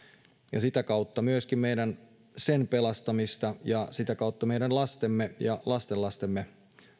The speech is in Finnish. ja sitä kautta myöskin sen pelastamista ja sitä kautta meidän lastemme ja lastenlastemme